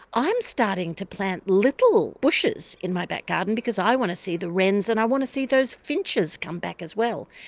i'm starting to plant little bushes in my back garden because i want to see the wrens and i want to see those finches come back as well.